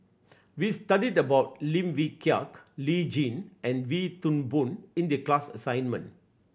we studied about Lim Wee Kiak Lee Tjin and Wee Toon Boon in the class assignment